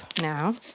now